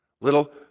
Little